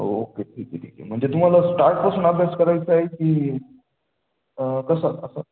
okay ठीक आहे ठीक आहे म्हणजे तुम्हाला स्टार्टपासून अभ्यास करायचा आहे की कसं असं